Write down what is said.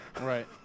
right